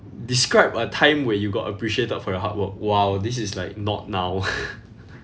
describe a time when you got appreciated for your hard work !wow! this is like not now